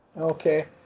Okay